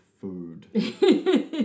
food